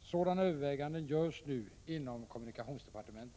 Sådana överväganden görs nu inom kommunikationsdepartementet.